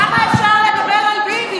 כמה אפשר לדבר על ביבי?